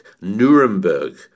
nuremberg